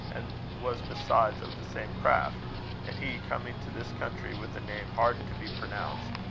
and was besides of the same craft and he coming to this country with a name hard to be pronounced,